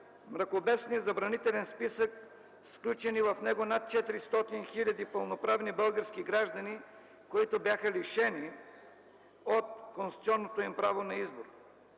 мракобесния забранителен списък с включени в него над 400 000 пълноправни български граждани, които бяха лишени от конституционното им право на избор?